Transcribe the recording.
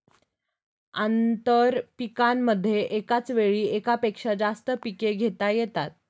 आंतरपीकांमध्ये एकाच वेळी एकापेक्षा जास्त पिके घेता येतात